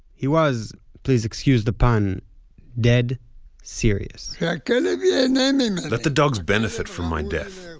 he was please excuse the pun dead serious yeah kind of yeah and and and let the dogs benefit from my death.